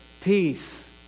Peace